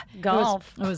Golf